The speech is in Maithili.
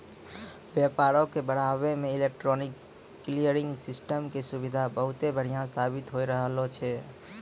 व्यापारो के बढ़ाबै मे इलेक्ट्रॉनिक क्लियरिंग सिस्टम के सुविधा बहुते बढ़िया साबित होय रहलो छै